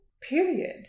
period